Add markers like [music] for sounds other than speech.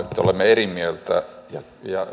[unintelligible] että olemme eri mieltä ja